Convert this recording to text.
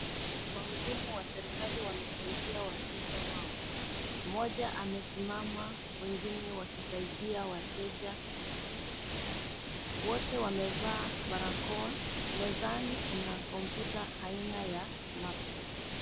Wahudumu wa serikali wanasaidia wateja wao. Mmoja amesimama wengine wakisaidia wateja. Wote wamevaa barakoa. Mezani kuna kompyuta aina ya laptop .